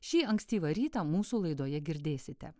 šį ankstyvą rytą mūsų laidoje girdėsite